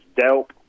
DELP